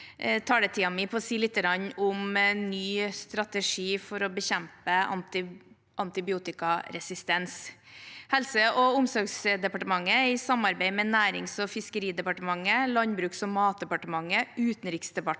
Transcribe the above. taletiden min på å si litt om ny strategi for å bekjempe antibiotikaresistens. Helse- og omsorgsdepartementet, i samarbeid med Nærings- og fiskeridepartementet, Landbruks- og matdepartemen